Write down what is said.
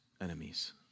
enemies